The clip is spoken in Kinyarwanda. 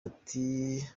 ati